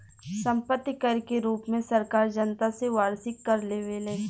सम्पत्ति कर के रूप में सरकार जनता से वार्षिक कर लेवेले